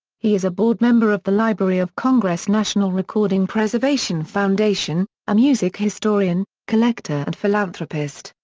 he is a board member of the library of congress' national recording preservation foundation, a music historian, collector and philanthropist,